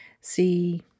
See